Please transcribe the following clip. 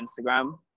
Instagram